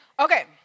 Okay